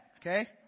Okay